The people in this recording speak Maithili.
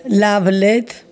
लाभ लैथ